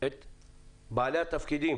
שמות בעלי התפקידים